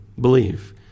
believe